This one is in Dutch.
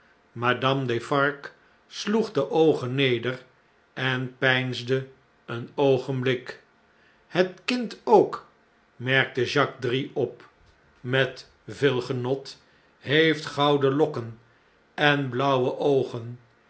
madame defarge sloeg de oogen neder l peinsde een oogenblik jf het kind ook merkte jacques drie op met veel genot heeft gouden lokken en blauwe oogen